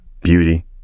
beauty